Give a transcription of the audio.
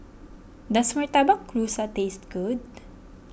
does Murtabak Rusa taste good